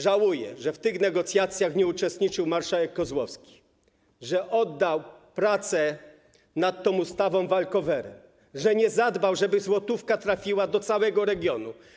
Żałuję, że w tych negocjacjach nie uczestniczył marszałek Kozłowski, że oddał pracę nad tą ustawą walkowerem, że nie zadbał, żeby złotówki trafiły do całego regionu.